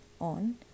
on